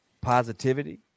positivity